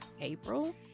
April